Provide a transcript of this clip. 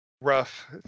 rough